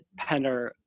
Penner